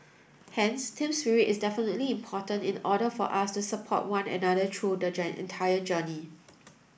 hence team spirit is definitely important in order for us to support one another through the entire journey